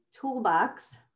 toolbox